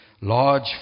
Large